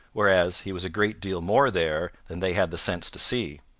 whereas he was a great deal more there than they had the sense to see.